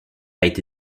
été